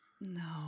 No